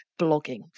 blogging